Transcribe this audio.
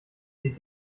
sie